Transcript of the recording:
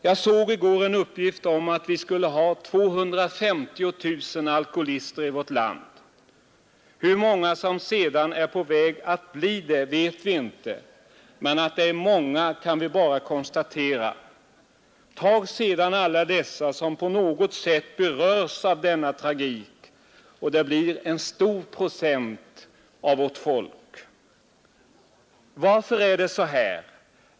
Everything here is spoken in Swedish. Jag såg i går en uppgift om att vi skulle ha 250 000 alkoholister i vårt land. Hur många som är på väg att bli alkoholister vet vi inte, men att det är många kan vi konstatera. Tag sedan alla dem som på något sätt berörs av denna tragik, och det blir en stor procent av vårt folk. Varför är det så här?